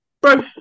bro